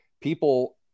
People